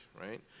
right